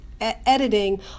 editing